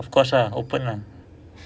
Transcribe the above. of course ah open lah